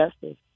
justice